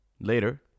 later